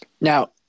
Now